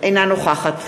אינה נוכחת